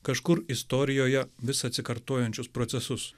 kažkur istorijoje vis atsikartojančius procesus